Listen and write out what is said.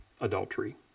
adultery